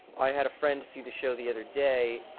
i had a friend see the show the other day,